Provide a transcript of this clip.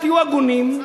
תהיו הגונים,